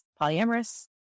polyamorous